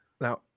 Now